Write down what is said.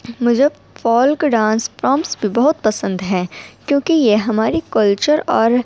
مجھے folk dance forms بہت پسند ہے کیونکہ یہ ہمای کلچر اور